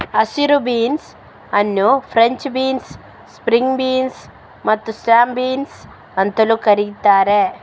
ಹಸಿರು ಬೀನ್ಸ್ ಅನ್ನು French beans, string beans ಮತ್ತು ಸ್ನ್ಯಾಪ್ ಬೀನ್ಸ್ ಅಂತಲೂ ಕರೀತಾರೆ